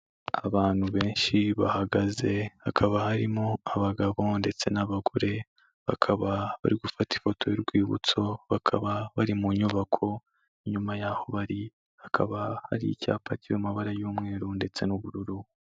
Abantu benshi bahagaze hakaba harimo abagabo ndetse n'abagore bakaba bari gufata ifoto y'urwibutso, bakaba bari mu nyubako; inyuma yaho bari hakaba hari icyapa cy'amabara y'umweru ndetse n'ubururu.